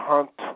Hunt